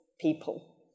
people